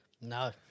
No